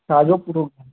छाजो प्रो